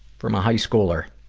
from a high schooler.